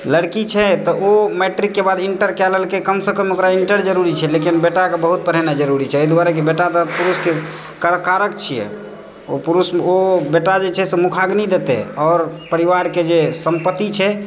लड़की छै तऽ ओ मैट्रिकके बाद इण्टर कए लेलकै कमसँ कम ओकरा इण्टर जरुरी छै लेकिन बेटाकेँ बहुत पढ़ेनाइ जरुरी छै एहि दुआरे कि बेटा तऽ पुरुषकेँ कारक छियै ओ बेटा जे छै से मुखाग्नि देतय आओर परिवारकेँ जे सम्पत्ति छै